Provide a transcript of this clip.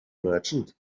merchant